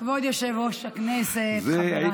כבוד יושב-ראש הכנסת, חבריי, אה, גם מחר יש?